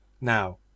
now